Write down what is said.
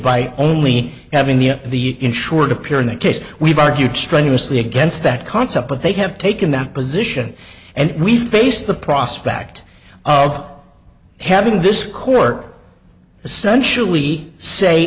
by only having the insured appear in the case we've argued strenuously against that concept but they have taken that position and we face the prospect of having this court essentially say